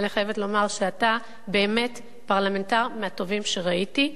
אני חייבת לומר שאתה באמת פרלמנטר מהטובים שראיתי,